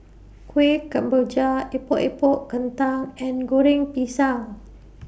Kueh Kemboja Epok Epok Kentang and Goreng Pisang